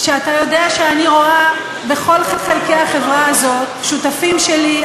שאתה יודע שאני רואה בכל חלקי החברה הזאת שותפים שלי,